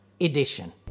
edition